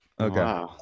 Okay